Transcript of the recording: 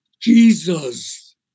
Jesus